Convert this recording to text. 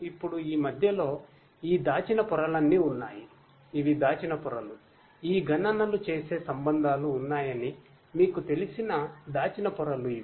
ఇప్పుడు ఈ మధ్యలో ఈ దాచిన పొరలన్నీ ఉన్నాయి ఇవి దాచిన పొరలు ఈ గణనలు చేసే సంబంధాలు ఉన్నాయని మీకు తెలిసిన దాచిన పొరలు ఇవి